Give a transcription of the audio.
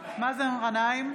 מאזן גנאים,